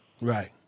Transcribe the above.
Right